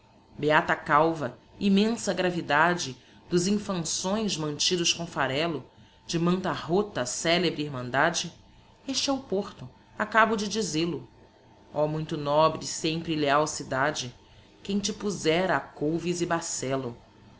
beata calva immensa gravidade dos infanções mantidos com farelo da manta rota a celebre irmandade este é o porto acabo de dizel-o ó muito nobre e sempre leal cidade quem te pozera a couves e bacello